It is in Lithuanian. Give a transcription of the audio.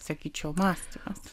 sakyčiau mąstymas